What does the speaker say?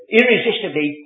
irresistibly